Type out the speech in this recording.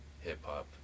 hip-hop